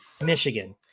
Michigan